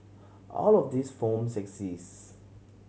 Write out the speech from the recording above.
all of these forms exist